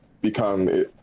become